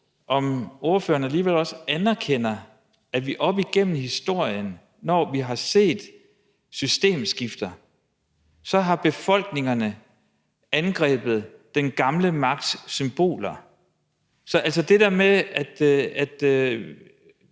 om ordføreren alligevel også anerkender, at vi op igennem historien har oplevet, når vi har set systemskifter, at befolkninger har angrebet den gamle magts symboler. Så det der med at